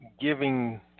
giving